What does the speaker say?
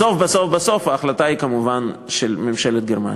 בסוף בסוף בסוף ההחלטה היא כמובן של ממשלת גרמניה.